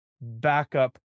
backup